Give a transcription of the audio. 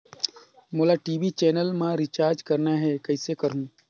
मोला TV channel मा recharge करना हे, कइसे करहुँ?